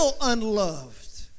unloved